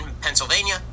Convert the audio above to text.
Pennsylvania